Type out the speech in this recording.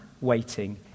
waiting